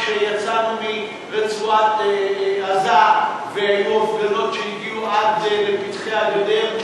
כשיצאנו מרצועת-עזה והיו הפגנות שהגיעו עד לפתחי הגדר.